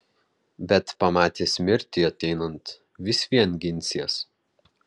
bet pamatęs mirtį ateinant vis vien ginsies